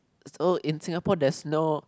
so in Singapore there's no